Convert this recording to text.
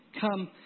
come